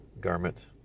garment